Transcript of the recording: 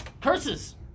curses